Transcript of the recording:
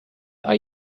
are